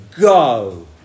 go